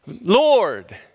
Lord